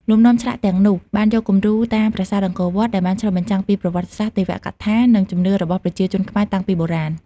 លំនាំឆ្លាក់ទាំងនោះបានយកគំរូតាមប្រាសាទអង្គរវត្ត ដែលបានឆ្លុះបញ្ចាំងពីប្រវត្តិសាស្ត្រ ទេវកថា និងជំនឿរបស់ប្រជាជនខ្មែរតាំងពីបុរាណ។